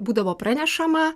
būdavo pranešama